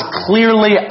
clearly